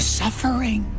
suffering